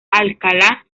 alcalá